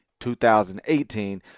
2018